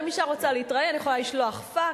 אם אשה רוצה להתראיין, היא יכולה לשלוח פקס,